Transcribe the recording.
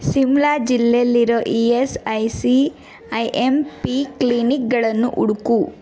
ಶಿಮ್ಲಾ ಜಿಲ್ಲೆಯಲ್ಲಿರೋ ಈ S I C I M P ಕ್ಲಿನಿಕ್ಗಳನ್ನು ಹುಡುಕು